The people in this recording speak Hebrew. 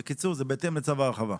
בקיצור זה בהתאם לצו ההרחבה.